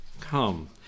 come